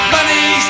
Money